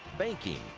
banking,